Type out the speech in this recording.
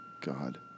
God